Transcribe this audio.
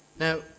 Now